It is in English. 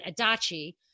Adachi